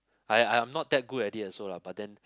I I'm not that good at it also lah but then